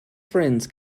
friends